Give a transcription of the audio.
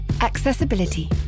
Accessibility